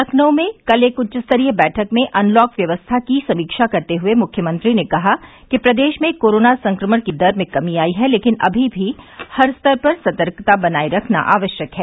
लखनऊ में कल एक उच्च स्तरीय बैठक में अनलॉक व्यवस्था की समीक्षा करते हुए मुख्यमंत्री ने कहा कि प्रदेश में कोरोना संक्रमण की दर में कमी आयी है लेकिन अभी भी हर स्तर पर सतर्कता बनाए रखना आवश्यक है